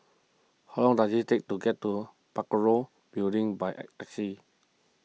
how long does it take to get to Parakou Building by taxi